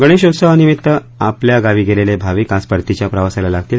गणेशोत्सवानिमित्त आपल्या गावी गेलेले भाविक आज परतीच्या प्रवासाला लागतील